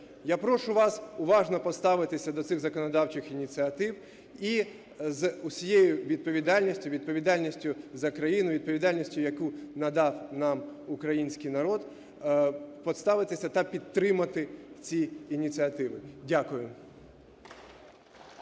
Я прошу вас уважно поставитися до цих законодавчих ініціатив і з усією відповідальністю, відповідальністю за країну, відповідальністю, яку надав нам український народ, поставитися та підтримати ці ініціативи. Дякую.